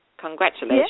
Congratulations